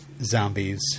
zombies